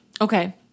Okay